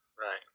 Right